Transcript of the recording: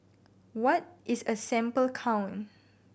what is a sample count